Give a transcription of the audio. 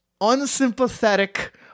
unsympathetic